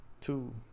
two